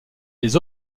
les